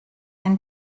and